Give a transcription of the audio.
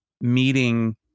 meeting